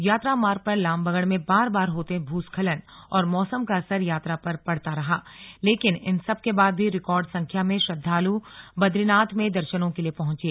यात्रा मार्ग पर लामबगड़ में बार बार होते भूस्खलन और मौसम का असर यात्रा पर पड़ता रहा लेकिन इन सबके बाद भी रिकॉर्ड संख्या में श्रद्दालु बदरीनाथ में दर्शनों के लिए पहुंचे